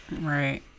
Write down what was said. right